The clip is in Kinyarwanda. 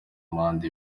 manda